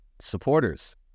supporters